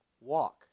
Walk